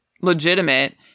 legitimate